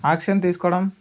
action తీసుకోవడం